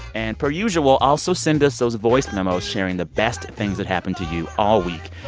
and per usual, also send us those voice memos sharing the best things that happened to you all week.